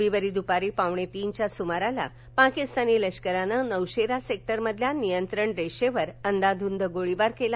रविवारी दुपारी पावणेतीन वाजेच्या सुमारास पाकिस्तानी लष्कराने नौशेरा सेक्टरमधील प्रत्येक्ष नियंत्रण रेषेवर अंदाधूंद गोळीबार केला